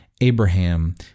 Abraham